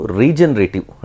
regenerative